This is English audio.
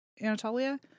Anatolia